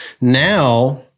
now